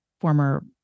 former